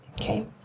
okay